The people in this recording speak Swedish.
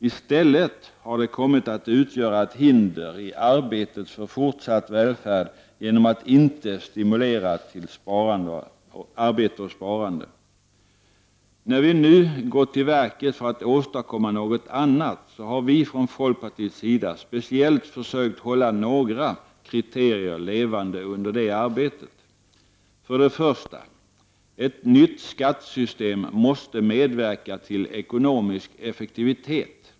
I stället har det kommit att utgöra ett hinder i arbetet för fortsatt välfärd genom att inte stimulera till arbete och sparande. När vi nu har gått till verket för att åstadkomma något annat har vi från folkpartiets sida speciellt försökt hålla ett par kriterier levande under arbetet. För det första: Ett nytt skattesystem måste medverka till ekonomisk effektivitet.